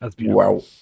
Wow